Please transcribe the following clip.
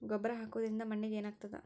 ಗೊಬ್ಬರ ಹಾಕುವುದರಿಂದ ಮಣ್ಣಿಗೆ ಏನಾಗ್ತದ?